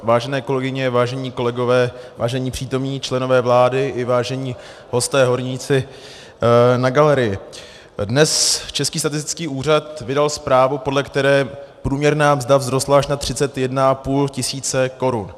Vážené kolegyně, vážení kolegové, vážení přítomní členové vlády i vážení hosté, horníci na galerii, dnes Český statistický úřad vydal zprávu, podle které průměrná mzda vzrostla až na 31,5 tisíce korun.